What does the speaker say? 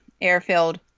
air-filled